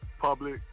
public